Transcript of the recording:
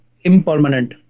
impermanent